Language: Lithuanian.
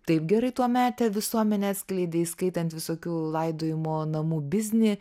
taip gerai tuometę visuomenę atskleidė įskaitant visokių laidojimo namų biznį